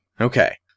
Okay